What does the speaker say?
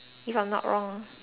if I'm not wrong